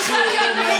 תשמור על כבוד הבית הזה.